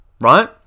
right